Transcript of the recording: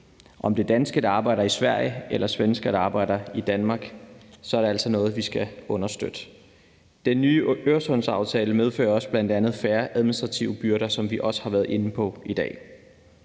Om det er danskere, der arbejder i Sverige, eller svenskere, der arbejder i Danmark, er det altså noget, vi skal understøtte. Den nye Øresundsaftale medfører bl.a. også færre administrative byrder, som vi også har været inde på i dag.